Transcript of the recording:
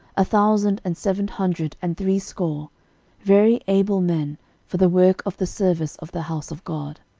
a thousand and seven hundred and threescore very able men for the work of the service of the house of god.